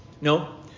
No